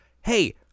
hey